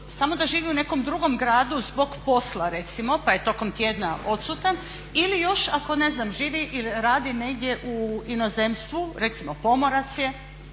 samo da živi u nekom drugom gradu zbog posla pa je tokom tjedna odsutan ili još ako živi i radi negdje u inozemstvu, recimo pomorac je